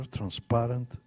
transparent